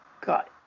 got